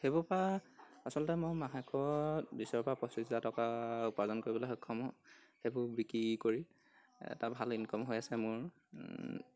সেইবোৰৰ পৰা আচলতে মই মাহেকত বিছৰ পৰা পঁচিছ হাজাৰ টকা উপাৰ্জন কৰিবলৈ সক্ষম হওঁ সেইবোৰ বিক্ৰী কৰি এটা ভাল ইনকাম হৈ আছে মোৰ